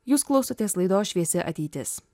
jūs klausotės laidos šviesi ateitis